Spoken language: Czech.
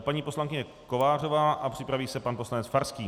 Paní poslankyně Kovářová a připraví se pan poslanec Farský.